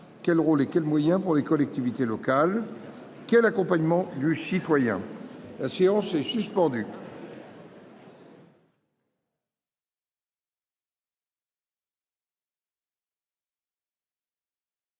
quel rôle et quels moyens pour les collectivités locales ? Quel accompagnement du citoyen ?» Dans le